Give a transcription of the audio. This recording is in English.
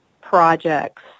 projects